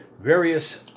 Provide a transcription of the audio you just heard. various